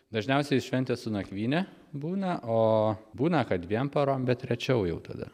dažniausiai šventės su nakvyne būna ooo būna kad dviem parom bet rečiau jau tada